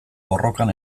borrokan